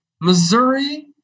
Missouri